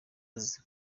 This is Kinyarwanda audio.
azi